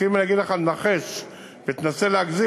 אפילו אם אני אגיד לך לנחש ותנסה להגזים,